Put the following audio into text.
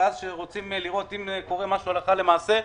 וכשרוצים לראות אם קורה משהו הלכה למעשה,